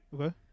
Okay